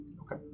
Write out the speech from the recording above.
Okay